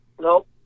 Nope